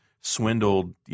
swindled